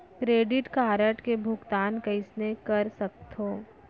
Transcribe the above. Credit card के भुगतान कइसने कर सकथो?